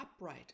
upright